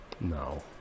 No